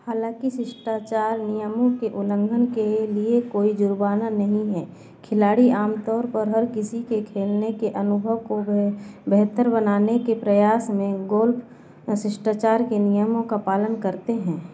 हालाँकि शिष्टाचार नियमों के उल्लंघन के लिए कोई जुर्माना नहीं है खिलाड़ी आम तौर पर हर किसी के खेलने के अनुभव को बे बेहतर बनाने के प्रयास में गोल्फ़ शिष्टाचार के नियमों का पालन करते हैं